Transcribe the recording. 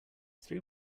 three